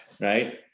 right